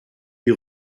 die